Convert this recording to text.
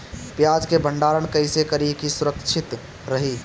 प्याज के भंडारण कइसे करी की सुरक्षित रही?